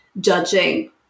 judging